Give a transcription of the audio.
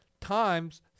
times